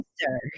sir